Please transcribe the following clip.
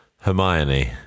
Hermione